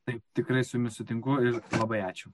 taip tikrai su jumis sutinku ir labai ačiū